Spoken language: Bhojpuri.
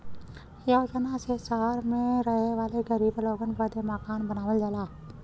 योजना ने सहर मे रहे वाले गरीब लोगन बदे मकान बनावल जाला